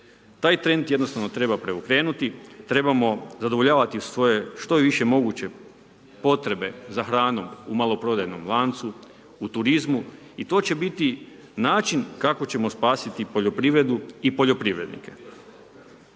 Taj trend jednostavno treba preokrenuti. Treba zadovoljavati svoje, što je moguće potrebe za hranom u maloprodajnom lancu, u turizmu i to će biti način, kako ćemo spasiti poljoprivredu i poljoprivrednike.